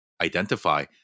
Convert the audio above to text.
identify